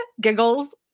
Giggles